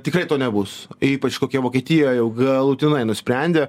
tikrai to nebus ypač kokia vokietija jau galutinai nusprendė